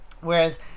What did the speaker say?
whereas